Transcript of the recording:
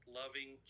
loving